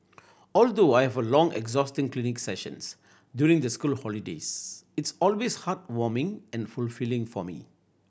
although I have long exhausting clinic sessions during the school holidays it's always heartwarming and fulfilling for me